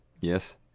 Yes